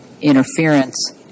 interference